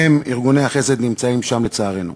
הם, ארגוני החסד, נמצאים, לצערנו.